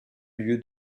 lieu